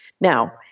Now